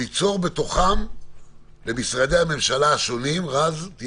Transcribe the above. ניצור למשרדי הממשלה השונים רז נזרי,